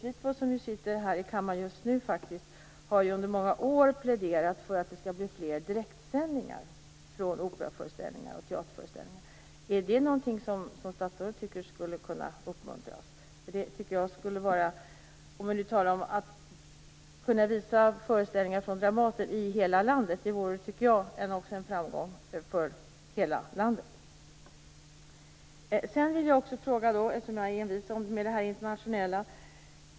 Elisabeth Fleetwood, som sitter i kammaren just nu, har under många år pläderat för fler direktsändningar från operaföreställningar och teaterföreställningar. Är det något som statsrådet tycker skall uppmuntras? Att kunna visa föreställningar från Dramaten i hela landet vore en framgång för hela landet. Jag är envis när det gäller det internationella.